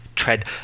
tread